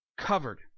Covered